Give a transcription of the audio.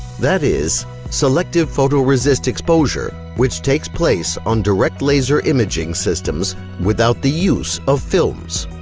that is selective photoresist exposure, which takes place on direct laser imaging systems without the use of films.